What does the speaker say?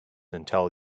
until